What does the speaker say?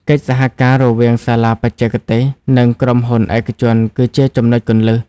កិច្ចសហការរវាងសាលាបច្ចេកទេស និងក្រុមហ៊ុនឯកជនគឺជាចំណុចគន្លឹះ។